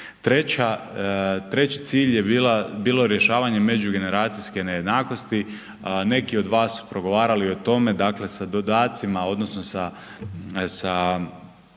Treći cilj je bilo rješavanje međugeneracijske nejednakosti. Neki od vas su progovarali o tome dakle sa dodacima, odnosno sa